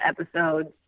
episodes